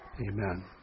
Amen